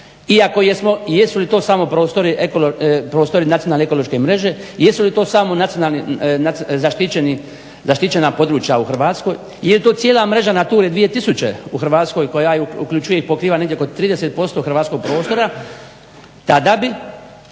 ako jesu li to samo prostori nacionalne ekološke mreže, jesu li to samo zaštićena područja u Hrvatskoj, je li to cijela mreža na tu 2000. u Hrvatskoj koja uključuje i pokriva negdje oko 30% hrvatskog prostora. Tada bi